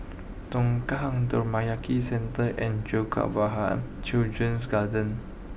Tongkang Centre and Jacob Children's Garden